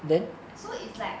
so it's like